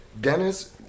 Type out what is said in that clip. Dennis